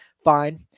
fine